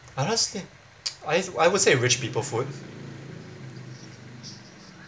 honestly I I would say rich people food